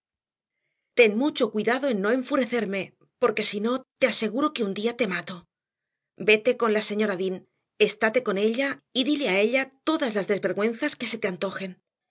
ten mucho cuidado en no enfurecerme porque si no te aseguro que un día te mato vete con la señora dean estate con ella y dile a ella todas las desvergüenzas que se te antojen